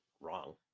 wrong